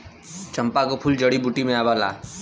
चंपा क फूल जड़ी बूटी में आवला